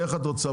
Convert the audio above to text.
איך את רוצה?